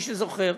מי שזוכר,